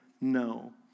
no